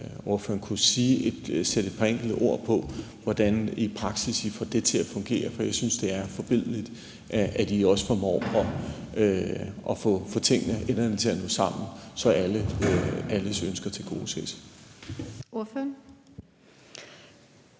sætte et par enkelte ord på, hvordan I i praksis får det til at fungere, for jeg synes, det er forbilledligt, at I også formår at få enderne til at nå sammen, så alles ønsker tilgodeses.